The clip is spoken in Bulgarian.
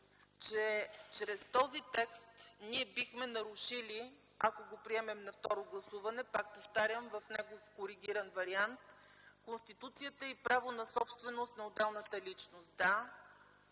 че чрез него ние бихме нарушили, ако го приемем на второ гласуване – пак повтарям, в негов коригиран вариант, Конституцията и право на собственост на отделната личност